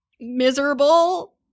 miserable